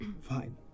Fine